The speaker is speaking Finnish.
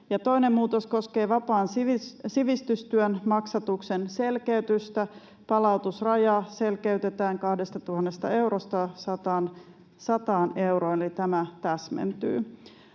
Toinen muutos koskee vapaan sivistystyön maksatuksen selkeytystä. Palautusraja selkeytetään 2 000 eurosta 100 euroon, eli tämä täsmentyy.